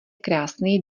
krásný